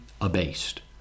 abased